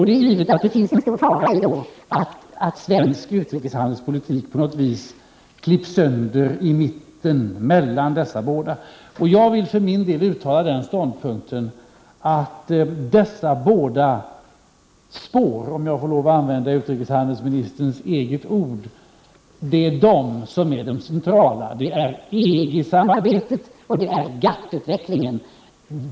Det är givet att det ligger en stor fara i att svensk utrikeshandelspolitik på något sätt klipps sönder i mitten mellan dessa båda. För min del vill jag ange ståndpunkten att dessa båda spår, om jag får lov att använda utrikeshandelsministerns eget ord, är de centrala. Det gäller EG-samarbetet och GATT utvecklingen.